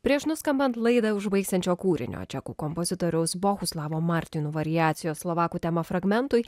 prieš nuskambant laidą užbaigsiančio kūrinio čekų kompozitoriaus boguslavo martinu variacijos slovakų tema fragmentui